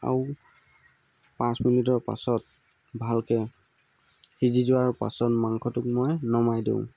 আৰু পাঁচ মিনিটৰ পাছত ভালকৈ সিজি যোৱাৰ পাছত মাংসটোক মই নমাই দিওঁ